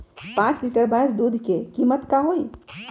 पाँच लीटर भेस दूध के कीमत का होई?